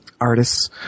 artists